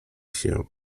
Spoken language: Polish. się